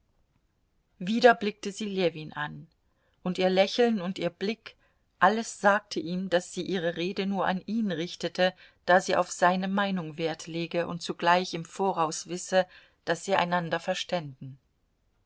wieder blickte sie ljewin an und ihr lächeln und ihr blick alles sagte ihm daß sie ihre rede nur an ihn richtete da sie auf seine meinung wert lege und zugleich im voraus wisse daß sie einander verständen